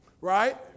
Right